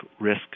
risk